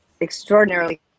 extraordinarily